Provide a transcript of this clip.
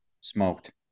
Smoked